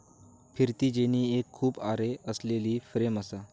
फिरती जेनी एक खूप आरे असलेली फ्रेम असा